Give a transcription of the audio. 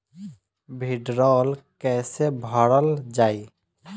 भीडरौल कैसे भरल जाइ?